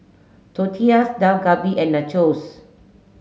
Tortillas Dak Galbi and Nachos